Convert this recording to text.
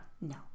No